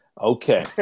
Okay